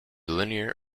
linear